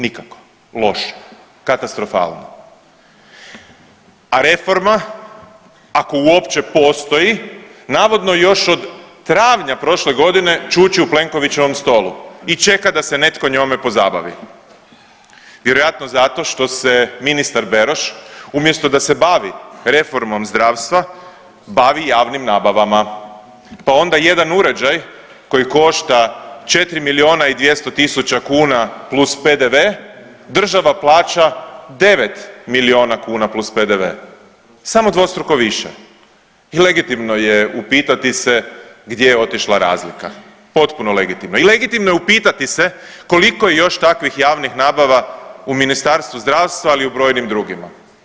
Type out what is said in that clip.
Nikako, loše, katastrofalno, a reforma ako uopće postoji navodno još od travnja prošle godine čuči u Plenkovićevom stolu i čeka da se netko njome pozabavi, vjerojatno zato što se ministar Beroš umjesto da se bavi reformom zdravstvom bavi javnim nabavama, pa onda jedan uređaj koji košta 4 milijuna i 200 tisuća kuna plus PDV država plaća 9 milijuna kuna plus PDV, samo dvostruko više i legitimno je upitati se gdje je otišla razlika, potpuno legitimno i legitimno je upitati se koliko je još takvih javnih nabava u Ministarstvu zdravstva, ali i u brojnim drugima?